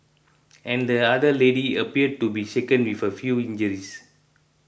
and the other lady appeared to be shaken with a few injuries